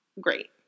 great